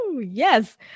Yes